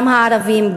גם הערבים,